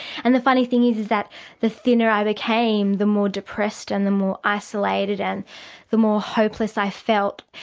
and the funny thing is is that the thinner i became, the more depressed and the more isolated and the more hopeless i felt.